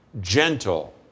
gentle